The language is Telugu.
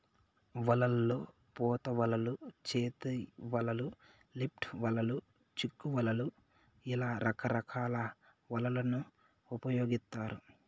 వలల్లో పోత వలలు, చేతి వలలు, లిఫ్ట్ వలలు, చిక్కు వలలు ఇలా రకరకాల వలలను ఉపయోగిత్తారు